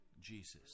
Jesus